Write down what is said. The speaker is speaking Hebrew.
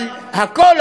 הכול,